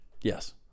Yes